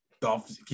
Dolph